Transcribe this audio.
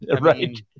Right